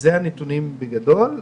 אלה הם הנתונים, בגדול.